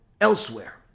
elsewhere